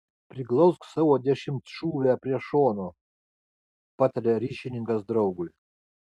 priglausk savo dešimtšūvę prie šono pataria ryšininkas draugui